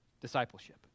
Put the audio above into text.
discipleship